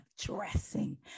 dressing